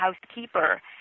housekeeper